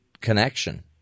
connection